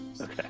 Okay